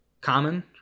common